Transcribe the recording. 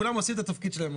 כולם עושים את התפקיד שלהם.